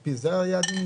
על פי זה נקבעו היעדים?